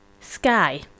Sky